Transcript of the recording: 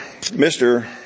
Mr